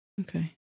Okay